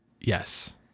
Yes